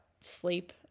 sleep